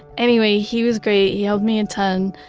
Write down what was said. anyway, he was great. he helped me a ton.